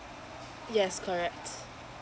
yes correct